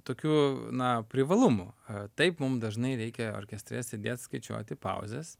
tokių na privalumų taip mum dažnai reikia orkestre sėdėt skaičiuoti pauzes